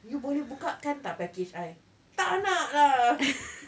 you boleh bukakan tak package I tak nak lah